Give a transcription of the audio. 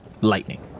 lightning